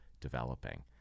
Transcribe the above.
developing